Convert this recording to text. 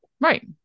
right